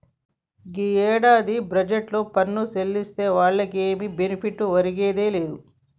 ఈ ఏడాది బడ్జెట్లో పన్ను సెల్లించే వాళ్లకి ఏమి బెనిఫిట్ ఒరిగిందే లేదు